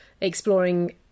exploring